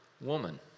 woman